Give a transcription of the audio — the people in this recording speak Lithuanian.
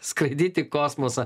skraidyt į kosmosą